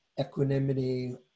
equanimity